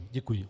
Děkuji.